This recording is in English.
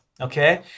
okay